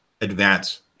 advance